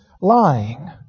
lying